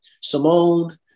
Simone